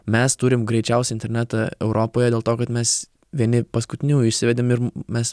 mes turim greičiausią internetą europoje dėl to kad mes vieni paskutiniųjų įsivedėm ir mes